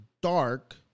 dark